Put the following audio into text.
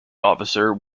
officer